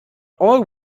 all